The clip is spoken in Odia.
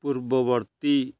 ପୂର୍ବବର୍ତ୍ତୀ